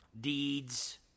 deeds